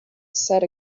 said